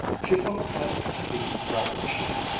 she felt that to be rather cheap,